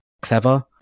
clever